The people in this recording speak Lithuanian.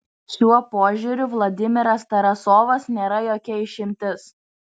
šiuo požiūriu vladimiras tarasovas nėra jokia išimtis